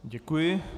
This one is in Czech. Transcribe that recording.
Děkuji.